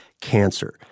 cancer